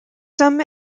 some